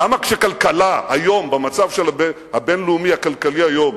למה כשכלכלה היום, במצב הבין-לאומי הכלכלי היום,